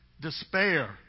despair